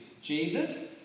Jesus